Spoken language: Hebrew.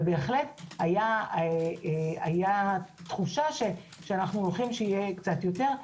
היתה תחושה שיהיה קצת יותר.